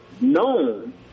known